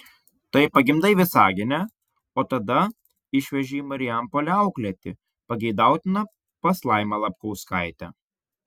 tai pagimdai visagine o tada išveži į marijampolę auklėti pageidautina pas laimą lapkauskaitę